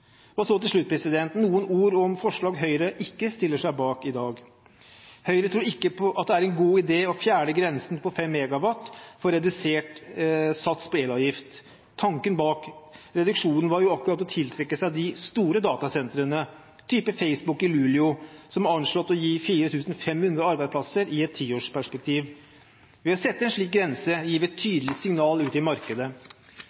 Til slutt noen ord om forslaget Høyre ikke stiller seg bak i dag: Høyre tror ikke at det er noen god idé å fjerne grensen på 5 MW for redusert sats på elavgift. Tanken bak reduksjonen var jo nettopp å tiltrekke seg de store datasentrene, av typen Facebook i Luleå, som er anslått å gi 4 500 arbeidsplasser i et tiårsperspektiv. Ved å sette en slik grense